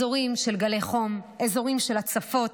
אזורים של גלי חום, אזורים של הצפות.